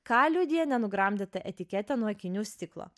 ką liudija nenugramdyta etiketė nuo akinių stiklo